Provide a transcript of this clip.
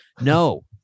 No